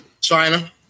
China